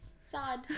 Sad